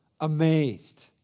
amazed